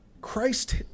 Christ